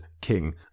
king